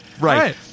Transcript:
right